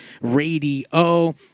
radio